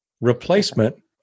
replacement